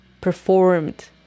performed